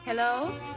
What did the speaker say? Hello